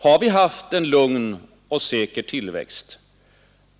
Har vi haft en lugn och säker tillväxt?